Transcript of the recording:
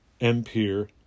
Empire